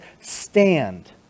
stand